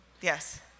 Yes